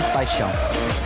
paixão